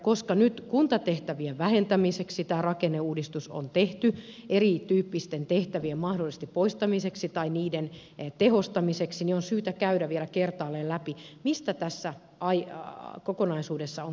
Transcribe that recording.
koska nyt kuntatehtävien vähentämiseksi tämä rakenneuudistus on tehty erityyppisten tehtävien mahdollisesti poistamiseksi tai niiden tehostamiseksi on syytä käydä vielä kertaalleen läpi mistä tässä kokonaisuudessa on kysymys